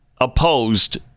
opposed